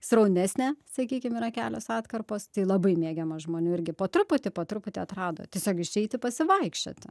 sraunesnė sakykim yra kelios atkarpos tai labai mėgiamos žmonių irgi po truputį po truputį atrado tiesiog išeiti pasivaikščioti